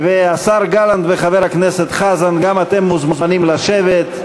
השר גלנט וחבר הכנסת חזן, גם אתם מוזמנים לשבת.